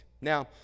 Now